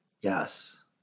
Yes